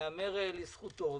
ייאמר לזכותו.